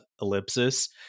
Ellipsis